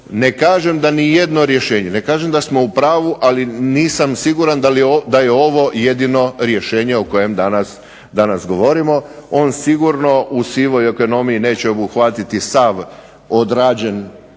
Ne kažem da nijedno rješenje, ne kažem da smo u pravu, ali nisam siguran da je ovo jedino rješenje o kojem danas govorimo. On sigurno u sivoj ekonomiji neće obuhvatiti sav odrađen